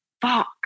fuck